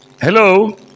Hello